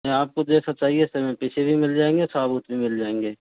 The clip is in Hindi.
आपको जैसा चाहिए पिसे हुए मिल जाएगा सबूत भी मिल जाएंगे